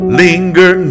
linger